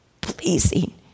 pleasing